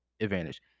advantage